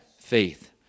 faith